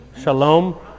Shalom